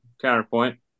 counterpoint